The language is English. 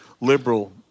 liberal